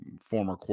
former